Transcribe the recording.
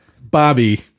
Bobby